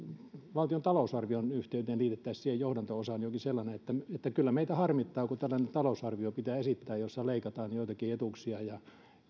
valtion talousarvion yhteyteen liitettäisiin johdanto osaan johonkin että kyllä meitä harmittaa kun tällainen talousarvio pitää esittää jossa leikataan joitakin etuuksia ja